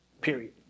period